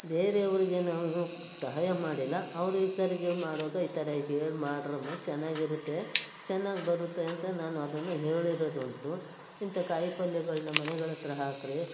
ಬೇರೆಯವರಿಗೆ ನಾನು ಸಹಾಯ ಮಾಡಿಲ್ಲ ಅವರು ಇತರರಿಗೆ ಮಾಡುವಾಗ ಇತರರಿಗೆ ಮಾಡಿರಮ್ಮ ಚೆನ್ನಾಗಿರುತ್ತೆ ಚೆನ್ನಾಗಿ ಬರುತ್ತೆ ಅಂತ ನಾನು ಅದನ್ನು ಹೇಳಿರೋದುಂಟು ಇಂಥ ಕಾಯಿ ಪಲ್ಯಗಳನ್ನ ಮನೆಗಳ ಹತ್ರ ಹಾಕಿರಿ